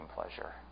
pleasure